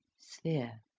sphere.